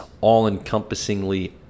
all-encompassingly